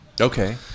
Okay